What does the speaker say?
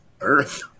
Earth